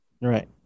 Right